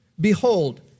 behold